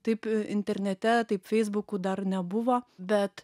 taip internete taip feisbukų dar nebuvo bet